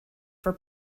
for